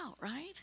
right